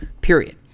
period